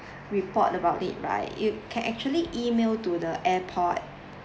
report about it right you can actually email to the airport